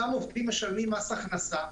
אותם עובדים משלמים מס הכנסה,